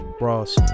Ross